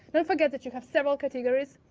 but forget that you have several categories.